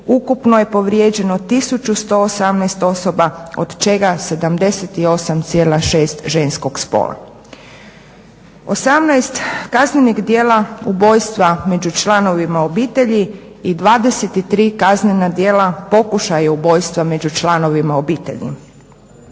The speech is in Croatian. ukupno je povrijeđeno 1118 osoba od čega 78,6% ženskog spola. Osamnaest kaznenih djela ubojstva među članovima obitelji i 23 kaznena djela pokušaja ubojstva među članovima obitelji.